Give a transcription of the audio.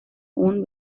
own